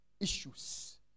issues